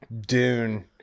Dune